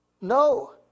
No